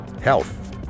health